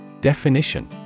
Definition